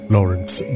Lawrence